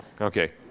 okay